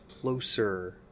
closer